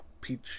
Peach